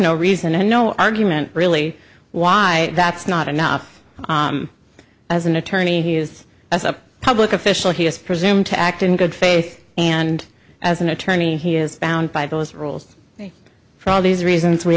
no reason and no argument really why that's not enough as an attorney he is as a public official he is presumed to act in good faith and as an attorney he is bound by those rules for all these reasons we